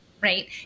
right